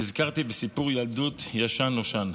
נזכרתי בסיפור ילדות ישן נושן,